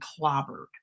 clobbered